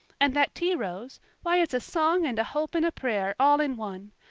and that tea rose why, it's a song and a hope and a prayer all in one.